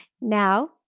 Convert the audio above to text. Now